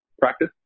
practice